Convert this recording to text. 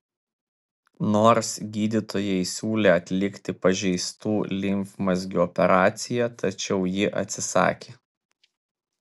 nors gydytojai siūlė atlikti pažeistų limfmazgių operaciją tačiau ji atsisakė